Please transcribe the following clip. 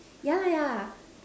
yeah yeah